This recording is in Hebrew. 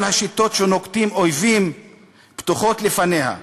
השיטות שנוקטים אויבים פתוחות לפניה.